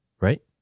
right